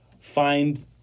find